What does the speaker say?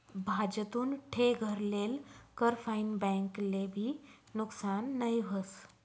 भाजतुन ठे घर लेल कर फाईन बैंक ले भी नुकसान नई व्हस